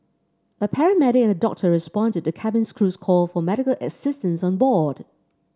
a paramedic and a doctor responded to cabin crew's call for medical assistance on board